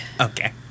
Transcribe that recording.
okay